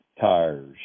tires